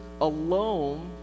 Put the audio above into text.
alone